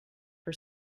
her